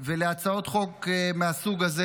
ולהצעות חוק מהסוג הזה.